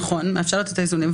נכון, מאפשרת את האיזונים.